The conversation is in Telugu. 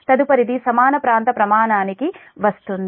తదుపరి సమాన ప్రాంత ప్రమాణానికి వస్తుంది